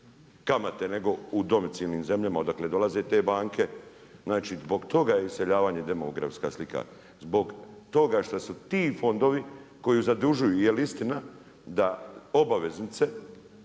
kamate nego u domicilnim zemljama odakle dolaze te banke. Znači zbog toga je iseljavanje demografska slika, zbog toga šta su ti fondovi koji zadužuju jel istina da obveznice